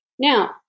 Now